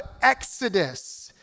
Exodus